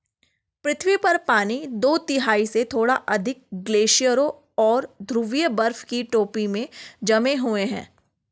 पृथ्वी पर पानी दो तिहाई से थोड़ा अधिक ग्लेशियरों और ध्रुवीय बर्फ की टोपी में जमे हुए है